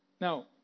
Now